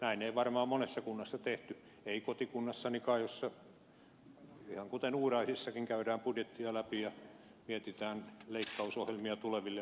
näin ei varmaan ole monessa kunnassa tehty ei kotikunnassanikaan jossa ihan kuten uuraisissakin käydään budjettia läpi ja mietitään leikkausohjelmia tuleville vuosille